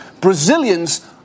Brazilians